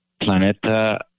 Planeta